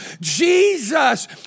Jesus